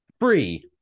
free